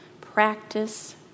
Practice